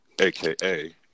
Aka